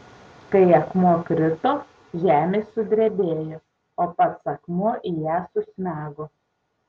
kai akmuo krito žemė sudrebėjo o pats akmuo į ją susmego